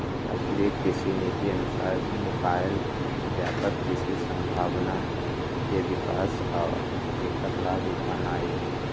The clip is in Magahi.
राष्ट्रीय कृषि नीति अनुसार नुकायल व्यापक कृषि संभावना के विकास आ ऐकर लाभ उठेनाई